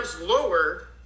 lower